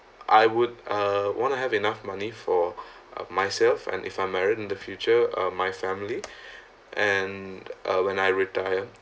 I would uh want to have enough money for uh myself and if I'm married in the future um my family and uh when I retire